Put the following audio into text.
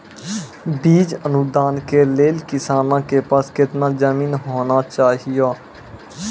बीज अनुदान के लेल किसानों के पास केतना जमीन होना चहियों?